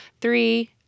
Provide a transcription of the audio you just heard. three